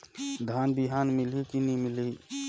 धान बिहान मिलही की नी मिलही?